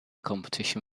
competition